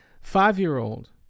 five-year-old